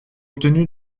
obtenu